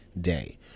day